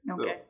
Okay